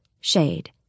Shade